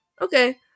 Okay